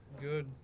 Good